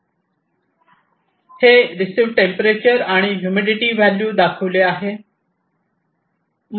हे receive temperature आणि humidity value दाखविली आहे